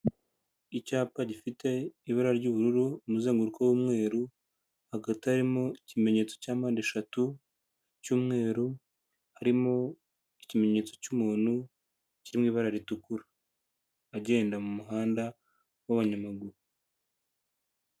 Icyapa gifite ibara ry'ubururu, umuzenguruko w'umweru, hagati harimo ikimenyetso cya mpande eshatu cy'umweru, harimo ikimenyetso cy'umuntu, kiri mu ibara ritukura, agenda mu muhanda w'abanyamaguru.